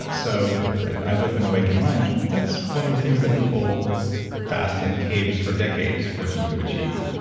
ah so and eyes open awakened mind, that's one of the things that people vast in caves for decades working to achieve.